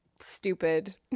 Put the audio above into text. stupid